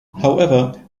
however